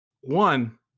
One